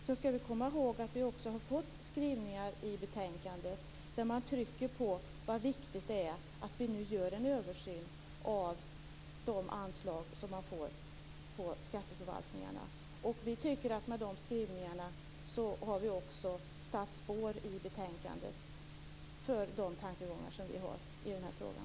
Sedan skall vi komma ihåg att vi också har fått skrivningar i betänkandet där vi trycker på hur viktigt det är att nu göra en översyn av de anslag som man får på skatteförvaltningarna. Med de skrivningarna tycker vi också att vi har satt spår i betänkandet när det gäller de tankegångar vi har i den här frågan.